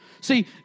See